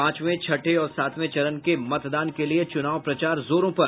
पांचवें छठे और सातवें चरण के मतदान के लिए चुनाव प्रचार जोरो पर